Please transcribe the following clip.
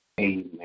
Amen